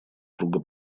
круга